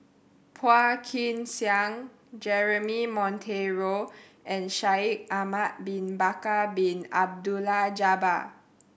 Phua Kin Siang Jeremy Monteiro and Shaikh Ahmad Bin Bakar Bin Abdullah Jabbar